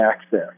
access